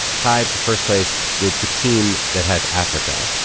tied for first place with the team that has africa.